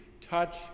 touch